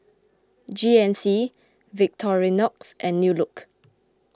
G N C Victorinox and New Look